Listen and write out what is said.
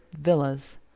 villas